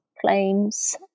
claims